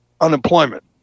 unemployment